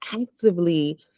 actively